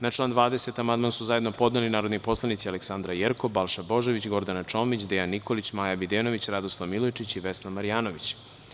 Na član 20. amandman su zajedno podneli narodni poslanici Aleksandra Jerkov, Balša Božović, Gordana Čomić, Dejan Nikolić, Maja Videnović, Radoslav Milojičić i Vesna Marjanović.